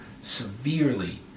severely